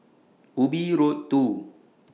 Ubi Road two